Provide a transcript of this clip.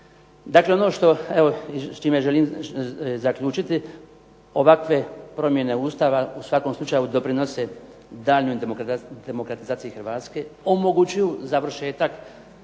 Dakle, ono što evo i s čime želim zaključiti ovakve promjene Ustava u svakom slučaju doprinose daljnjoj demokratizaciji Hrvatske, omogućuju završetak